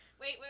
wait